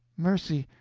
mercy,